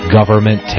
Government